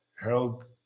Harold